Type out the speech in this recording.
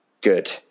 good